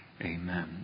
Amen